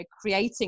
creating